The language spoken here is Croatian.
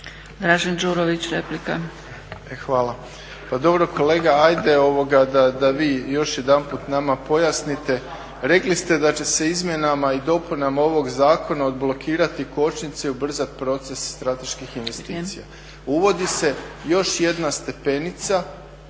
Dražen (HDSSB)** Hvala. Pa dobro kolega, hajde da vi još jedanput nama pojasnite. Rekli ste da će se izmjenama i dopunama ovog Zakona odblokirati kočnice i ubrzati proces strateških investicija. Uvodi se još jedna stepenica